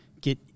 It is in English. get